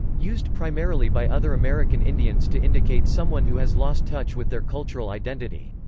used primarily by other american indians to indicate someone who has lost touch with their cultural identity.